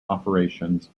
operations